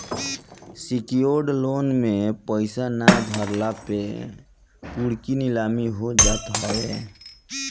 secured loan में पईसा ना भरला पे कुड़की नीलामी हो जात हवे